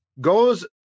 goes